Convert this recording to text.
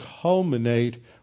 culminate